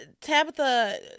Tabitha